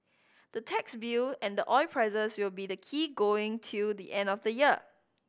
the tax bill and the oil prices will be the key going till the end of the year